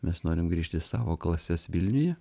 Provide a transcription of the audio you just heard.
mes norim grįžt į savo klases vilniuje